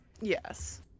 Yes